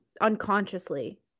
unconsciously